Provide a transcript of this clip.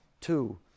Two